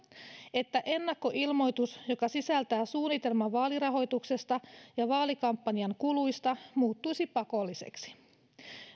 että ennakkoilmoitus joka sisältää suunnitelman vaalirahoituksesta ja vaalikampanjan kuluista muuttuisi pakolliseksi